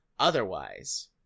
Otherwise